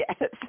Yes